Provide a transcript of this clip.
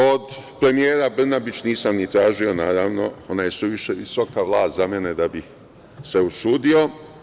Od premijera Brnabić nisam ni tražio, naravno, ona je suviše visoka vlast za mene da bih se usudio.